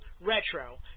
Retro